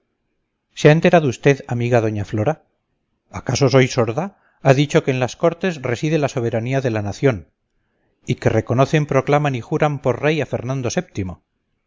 se ha enterado usted amiga doña flora acaso soy sorda ha dicho que en las cortes reside la soberanía de la nación y que reconocen proclaman y juran por rey a fernando